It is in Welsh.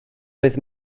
oedd